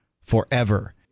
forever